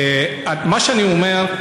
מה שאני אומר,